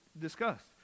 discussed